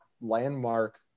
landmark